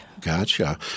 Gotcha